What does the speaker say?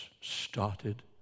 started